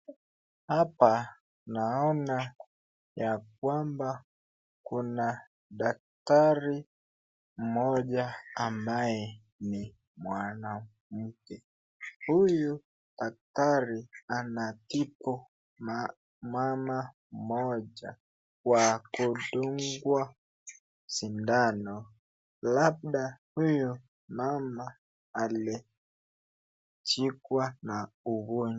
Hapa naona ya kwamba kuna daktari moja ambaye ni mwanamke huyu daktari anatibu mama moja kwa kudungwa sindano labda huyu mama alishikwa na ugonjwa.